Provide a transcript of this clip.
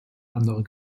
anderen